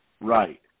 Right